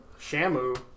Shamu